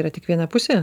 yra tik viena pusė